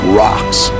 rocks